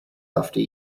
after